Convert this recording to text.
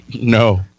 No